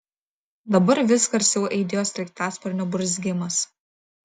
dabar vis garsiau aidėjo sraigtasparnio burzgimas